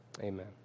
Amen